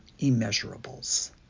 immeasurables